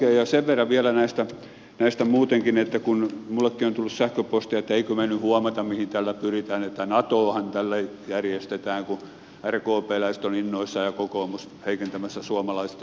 ja sen verran vielä näistä muutenkin että minullekin on tullut sähköpostia että emmekö me nyt huomaa mihin tällä pyritään että natoahan tällä järjestetään kun rkpläiset ovat innoissaan ja kokoomus heikentämässä suomalaista maanpuolustusta